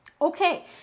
okay